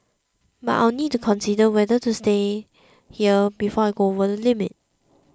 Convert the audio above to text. but I'll need to consider whether to stay here before I go over the limit